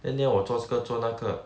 then 你要我做这个做那个